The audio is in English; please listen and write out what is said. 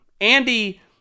Andy